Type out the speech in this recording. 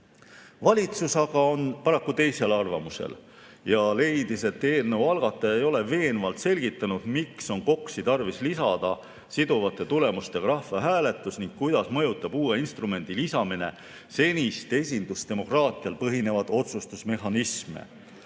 Valitsus on aga paraku teisel arvamusel ja leidis, et eelnõu algataja ei ole veenvalt selgitanud, miks on KOKS-i tarvis lisada siduvate tulemustega rahvahääletus ning kuidas mõjutab uue instrumendi lisamine seniseid esindusdemokraatial põhinevaid otsustusmehhanisme.